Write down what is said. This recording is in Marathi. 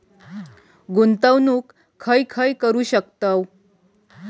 गुंतवणूक खय खय करू शकतव?